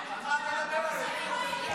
על מה את מדברת?